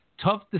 tough